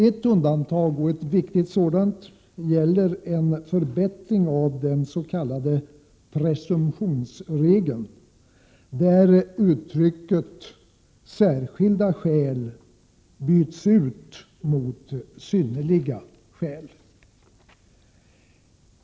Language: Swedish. Ett undantag, och ett viktigt sådant, gäller en förbättring av den s.k. presumtionsregeln där uttrycket ”särskilda skäl” byts ut mot ”synnerliga skäl”.